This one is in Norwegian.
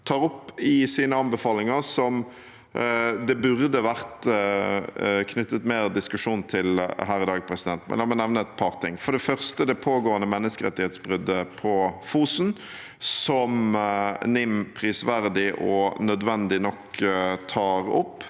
tar opp i sine anbefalinger, som det burde vært knyttet mer diskusjon til her i dag. La meg nevne et par ting – for det første det pågående menneskerettighetsbrudd på Fosen, som NIM prisverdig og nødvendig nok tar opp.